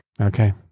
Okay